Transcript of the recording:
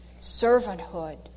servanthood